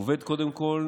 הוא עובד קודם כול